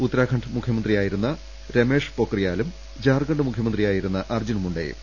ഉത്തരാഖണ്ഡ് മുഖ്യമന്ത്രിയായിരുന്ന രമേഷ് പൊക്രിയാലും ജാർഖണ്ഡ് മുഖ്യമന്ത്രിയാ യിരുന്ന അർജുൻ മുണ്ടെയും